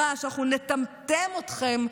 רעש: אנחנו נטמטם אתכם,